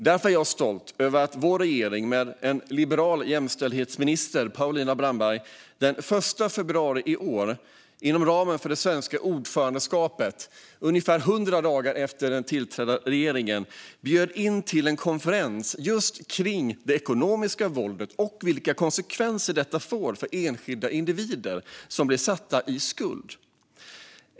Därför är jag stolt över att vår regering, med den liberala jämställdhetsministern Paulina Brandberg, den 1 februari i år, inom ramen för det svenska ordförandeskapet, ungefär hundra dagar efter att regeringen tillträtt bjöd in till en konferens kring just det ekonomiska våldet och vilka konsekvenser det får för enskilda individer som blir satta i skuld.